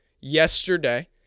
yesterday